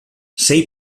sei